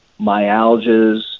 myalgias